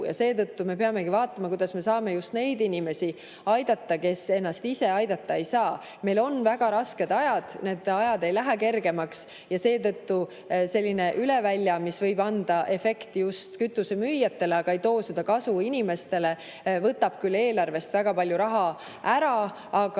Seetõttu me peamegi vaatama, kuidas me saame aidata neid inimesi, kes ennast ise aidata ei saa. Meil on väga rasked ajad, ajad ei lähe kergemaks, ja seetõttu selline üle välja [meede], mis võib anda efekti just kütusemüüjatele, aga ei too kasu inimestele, võtab küll eelarvest väga palju raha ära, aga